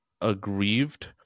aggrieved